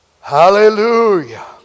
Hallelujah